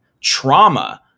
trauma